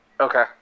Okay